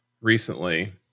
recently